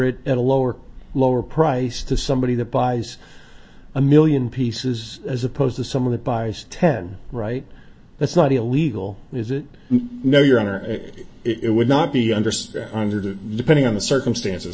it at a lower lower price to somebody that buys a million pieces as opposed to some of the buys ten right that's not illegal is it no your honor it would not be understood under that depending on the circumstances